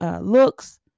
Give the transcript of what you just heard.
looks